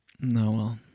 No